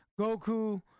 Goku